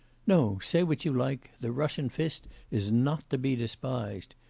no, say what you like, the russian fist is not to be despised.